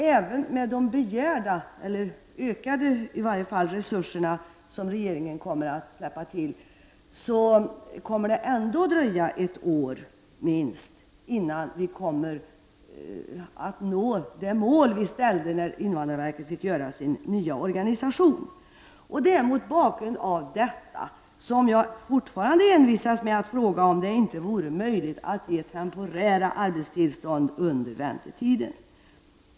Trots de begärda, eller i varje fall ökade, resurser som regeringen kommer att bevilja, kommer det ändå att dröja minst ett år, innan vi når det mål vi ställde upp när det gäller invandrarverkets nya organisation. Det är mot denna bakgrund jag fortfarande envisas med att fråga om det inte vore möjligt att ge temporära arbetstillstånd under väntetiden.